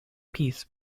peace